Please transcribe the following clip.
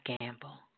gamble